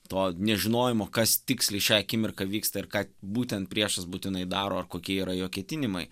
to nežinojimo kas tiksliai šią akimirką vyksta ir ką būtent priešas būtinai daro ar kokie yra jo ketinimai